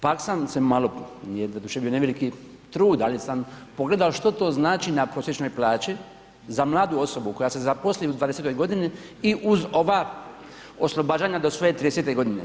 Pak sam se malo, nije doduše ni veliki trud, ali sam pogledao što to znači na prosječnoj plaći za mladu osobu koja se zaposli u 20-toj godini i uz ova oslobađanja do svoje 30-te godine.